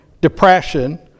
depression